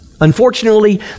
Unfortunately